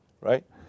right